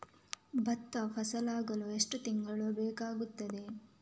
ಭತ್ತ ಫಸಲಾಗಳು ಎಷ್ಟು ತಿಂಗಳುಗಳು ಬೇಕಾಗುತ್ತದೆ?